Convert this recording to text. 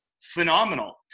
phenomenal